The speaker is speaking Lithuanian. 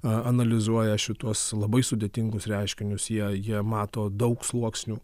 analizuoja šituos labai sudėtingus reiškinius jei jie mato daug sluoksnių